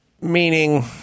meaning